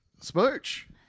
Smooch